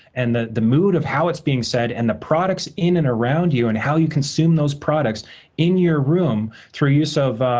and the the mood of how it's being said, and the products in and around you, and how you consume those products in your room through use of,